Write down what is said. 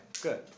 good